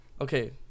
okay